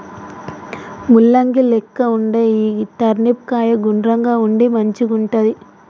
ముల్లంగి లెక్క వుండే ఈ టర్నిప్ కాయ గుండ్రంగా ఉండి మంచిగుంటది